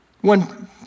One